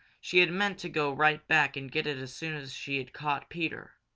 she had meant to go right back and get it as soon as she had caught peter.